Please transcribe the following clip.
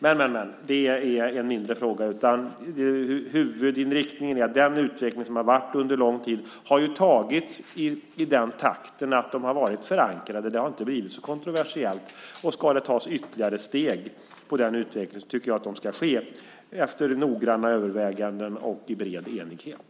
Men det är en mindre fråga. Huvudinriktningen är att den utveckling som har varit under lång tid har gått i en sådan takt att den har varit förankrad. Det har inte blivit så kontroversiellt. Och ska det tas ytterligare steg i den utvecklingen tycker jag att det ska ske efter noggranna överväganden och i bred enighet.